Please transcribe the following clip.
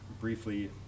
briefly